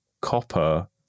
copper